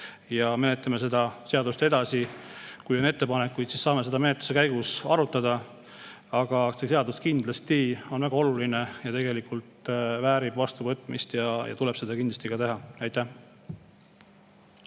et] menetleme seda seadust edasi. Kui on ettepanekuid, siis saame neid menetluse käigus arutada. Aga see seadus kindlasti on väga oluline, väärib vastuvõtmist ja seda tuleb kindlasti ka teha. Aitäh!